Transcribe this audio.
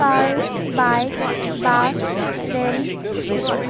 car bike bus rail scooty